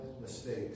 mistakes